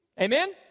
Amen